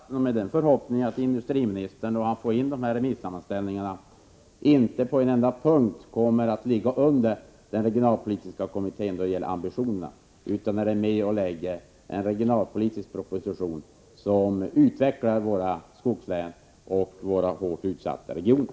Herr talman! Jag slutar debatten med förhoppningen att industriministern, då han får in remissammanställningarna, inte på en enda punkt kommer att visa mindre ambition än den regionalpolitiska kommittén har gjort och att han lägger fram en regionalpolitisk proposition som utvecklar våra skogslän och våra hårt utsatta regioner.